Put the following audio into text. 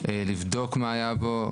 לבדוק מה היה בו,